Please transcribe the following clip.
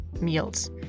meals